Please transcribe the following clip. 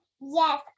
Yes